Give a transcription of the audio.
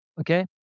okay